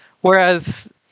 Whereas